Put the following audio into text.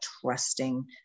trusting